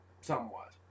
somewhat